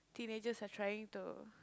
teenagers are trying to